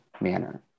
manner